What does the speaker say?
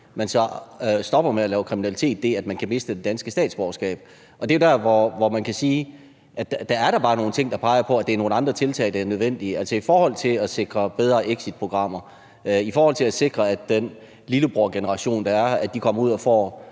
man så stopper med at lave kriminalitet, i forhold til at man kan miste det danske statsborgerskab. Og det er jo der, hvor man kan sige, at der bare er nogle ting, der peger på, at det er nogle andre tiltag, der er nødvendige, altså i forhold til at sikre bedre exitprogrammer og i forhold til at sikre, at den lillebrorgeneration, der er, kommer ud og får